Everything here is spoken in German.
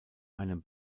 einem